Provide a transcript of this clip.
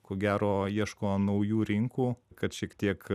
ko gero ieško naujų rinkų kad šiek tiek